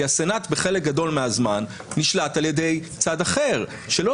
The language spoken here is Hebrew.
כי הסנאט בחלק גדול מהזמן נשלט על ידי צד אחר שלא